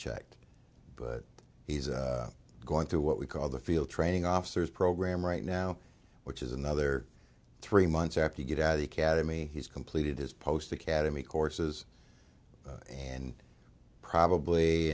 checked but he's going through what we call the field training officers program right now which is another three months after you get out of the cademy he's completed his post academy courses and probably